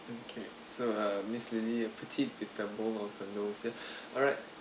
okay so uh miss lily petite with the mole of her nose alright mmhmm